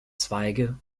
zweige